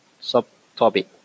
subtopic